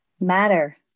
matter